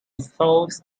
falls